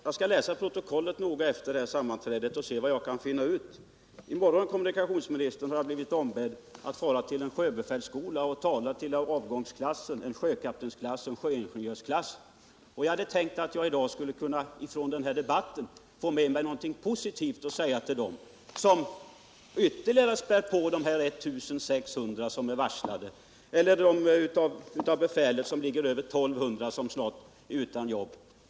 Jag skall läsa protokollet noga efter det här sammanträdet och se vad jag kan få ut av det. Jag har, herr kommunikationsminister, blivit ombedd att i morgon fara till en sjöbefälsskola och tala till avgångsklasserna — en sjökaptensklass och en sjöingenjörsklass. Jag hade tänkt att jag skulle kunna få med mig någonting positivt från dagens debatt att säga till dem. De blir ytterligare ett tillskott till de 1 600 som varslats eller de bland befälen som ligger över 1 200 och som snart är utan jobb.